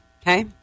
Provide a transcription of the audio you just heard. Okay